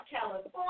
California